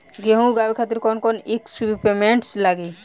गेहूं उगावे खातिर कौन कौन इक्विप्मेंट्स लागी?